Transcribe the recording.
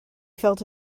felt